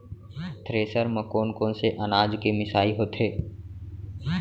Thresher म कोन कोन से अनाज के मिसाई होथे?